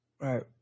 Right